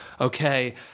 okay